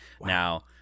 Now